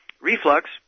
Reflux